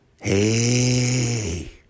Hey